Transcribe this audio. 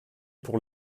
pour